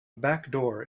backdoor